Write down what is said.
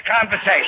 conversation